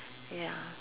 ya